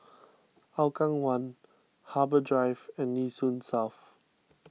Hougang one Harbour Drive and Nee Soon South